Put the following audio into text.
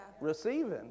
receiving